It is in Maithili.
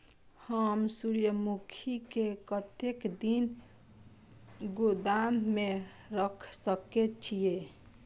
हम सूर्यमुखी के कतेक दिन गोदाम में रख सके छिए?